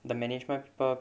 the management people